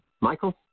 Michael